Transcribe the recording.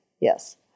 Yes